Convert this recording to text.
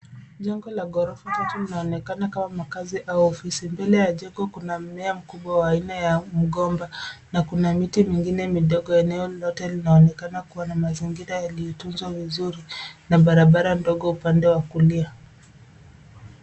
Jengo la ghorofa tatu linaonekana kama makazi au ofisi. Mbele ya jengo kuna mmea mkubwa wa aina ya mgomba na kuna miti mingine midogo. Eneo lote linaonekana kuwa na mazingira yaliyotunzwa vizuri na barabara ndogo upande wa kulia.